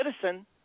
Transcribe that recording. citizen